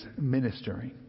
ministering